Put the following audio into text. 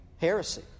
Heresy